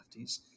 lefties